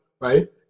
right